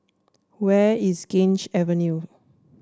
where is Gange Avenue